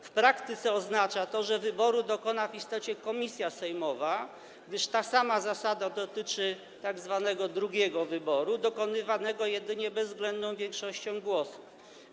W praktyce oznacza to, że wyboru dokona w istocie komisja sejmowa, gdyż ta sama zasada dotyczy tzw. drugiego wyboru, dokonywanego jedynie bezwzględną większością głosów.